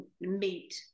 meet